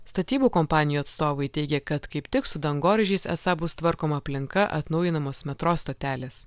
statybų kompanijų atstovai teigia kad kaip tik su dangoraižiais esą bus tvarkoma aplinka atnaujinamos metro stotelės